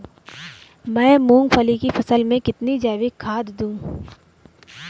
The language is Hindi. मैं मूंगफली की फसल में कितनी जैविक खाद दूं?